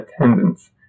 attendance